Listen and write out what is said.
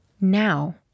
Now